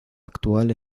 actual